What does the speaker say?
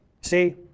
See